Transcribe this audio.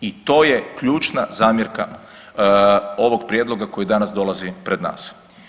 I to je ključna zamjerka ovog prijedloga koji danas dolazi pred nas.